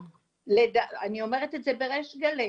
בנוסף, אני אומרת את זה בריש גלי,